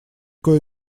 кое